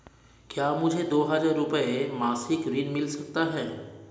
क्या मुझे दो हज़ार रुपये मासिक ऋण मिल सकता है?